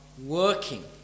working